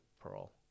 parole